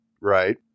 Right